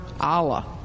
Allah